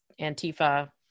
Antifa